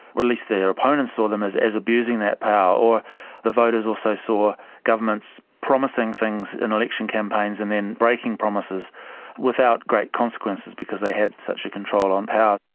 or at least their opponents saw them as as abusing that power. the voters also saw governments promising things in election campaigns and then breaking promises without great consequences because they had such a control on power.